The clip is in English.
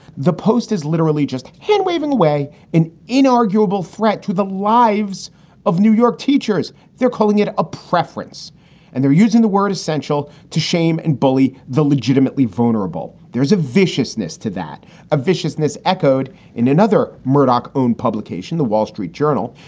the post is. religious handwaving away an inarguable threat to the lives of new york teachers. they're calling it a preference and they're using the word essential to shame and bully the legitimately vulnerable. there's a viciousness to that of viciousness echoed in another murdoch owned publication, the wall street journal,